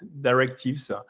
directives